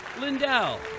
Lindell